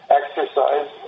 exercise